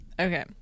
Okay